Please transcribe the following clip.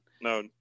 No